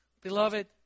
Beloved